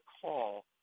call